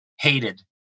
hated